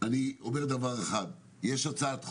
אני אומר שיש הצעת חוק,